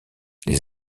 les